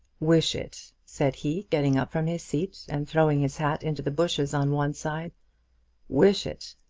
wish it! said he, getting up from his seat, and throwing his hat into the bushes on one side wish it!